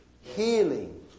healing